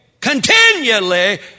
continually